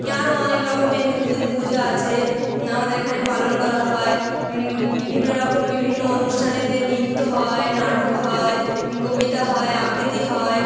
আরও অনেক রকমের হিন্দুদের পূজা আছে আমাদের এখানে পালন করা হয় বিভিন্ন রকম বিভিন্ন অনুষ্ঠানে নৃত্য হয় নাটক হয় কবিতা হয় আবৃত্তি হয়